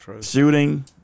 Shooting